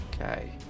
okay